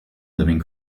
living